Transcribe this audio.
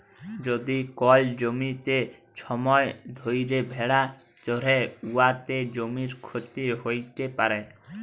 যদি কল জ্যমিতে ছময় ধ্যইরে ভেড়া চরহে উয়াতে জ্যমির ক্ষতি হ্যইতে পারে